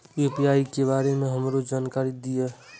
UPI के बारे में हमरो जानकारी दीय?